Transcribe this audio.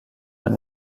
elle